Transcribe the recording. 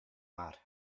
mar